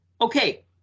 okay